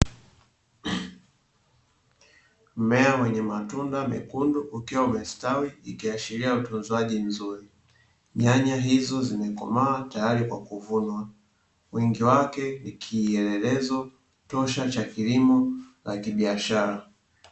Mmea wenye matunda mekundu ukiwa umestawi ikiashiria utunzaji mzuri. Nyanya hizi zimekomaa tayari kwa kuvunwa, wingi wake ni kielelezo tosha cha kilimo cha kibiashara.